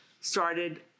started